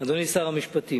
אדוני שר המשפטים,